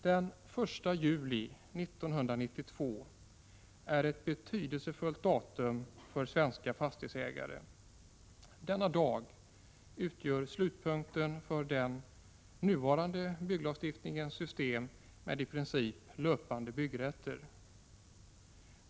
Den 1 juli 1992 är ett betydelsefullt datum för svenska fastighetsägare. Denna dag utgör slutpunkten för den nuvarande bygglagstiftningens system med i princip löpande byggrätter.